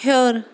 ہیوٚر